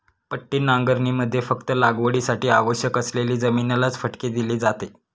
पट्टी नांगरणीमध्ये फक्त लागवडीसाठी आवश्यक असलेली जमिनीलाच फटके दिले जाते